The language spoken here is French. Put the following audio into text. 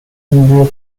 bureau